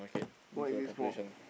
why is it small